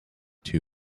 two